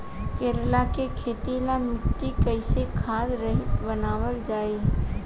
करेला के खेती ला मिट्टी कइसे खाद्य रहित बनावल जाई?